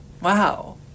wow